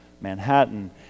Manhattan